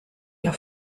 ihr